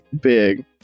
big